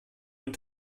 nun